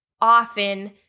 often